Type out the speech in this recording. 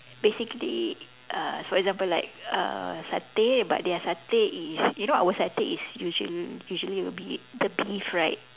basically uh for example like uh satay but their satay is you know our satay is usually usually will be the beef right